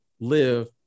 live